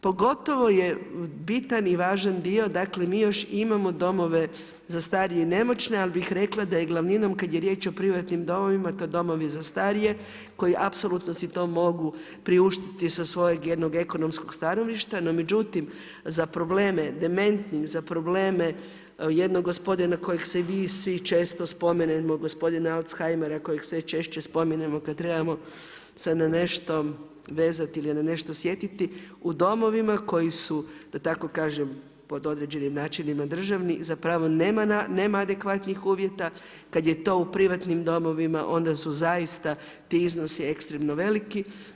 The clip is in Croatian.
Pogotovo je bitan i važan dio, dakle mi još imamo domove za starije i nemoćne ali bih rekla da je glavninom kad je riječ o privatnim domovima i to domovi za starije koji apsolutno si to mogu priuštiti sa svojeg jednog ekonomskog stanovišta, no međutim za probleme dementnih, za probleme jednog gospodina kojeg se mi svi često spomenemo gospodina Alzheimera kojeg sve češće spominjemo kada trebamo se na nešto vezati ili na nešto sjetiti u domovima koji su da tako kažem pod određenim načinima državni zapravo nema adekvatnih uvjeta, kad je to u privatnim domovima onda su zaista ti iznosi ekstremno veliki.